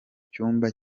cyumba